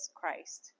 Christ